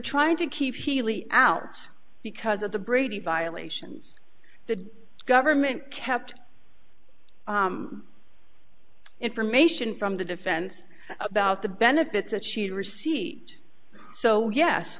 trying to keep healey out because of the brady violations the government kept information from the defense about the benefits that she received so yes